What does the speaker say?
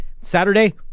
Saturday